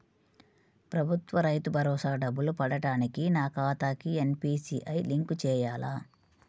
ప్రభుత్వ రైతు భరోసా డబ్బులు పడటానికి నా ఖాతాకి ఎన్.పీ.సి.ఐ లింక్ చేయాలా?